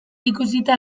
ikusita